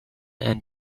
and